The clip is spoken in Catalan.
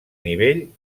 nivell